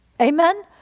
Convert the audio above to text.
Amen